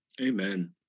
Amen